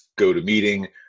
GoToMeeting